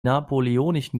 napoleonischen